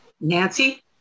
Nancy